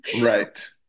Right